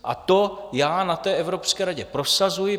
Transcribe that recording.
A to já na Evropské radě prosazuji.